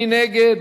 מי נגד?